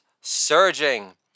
surging